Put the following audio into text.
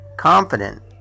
confident